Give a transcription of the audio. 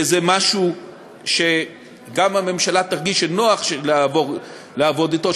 לאיזה משהו שגם הממשלה תרגיש שנוח לעבוד אתו,